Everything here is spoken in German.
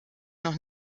noch